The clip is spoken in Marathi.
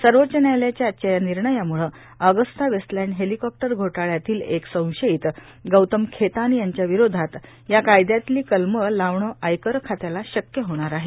सर्वोच्च न्यायालयाच्या आजच्या या निर्णयामुळे ऑगस्टा वेस्टलँड हेलिकॉप्टर घोटाळ्यातला एक संशयीत गौतम खेतान याच्या विरोधात या कायदयातली कलमं लावणं आयकर खात्याला शक्य होणार आहे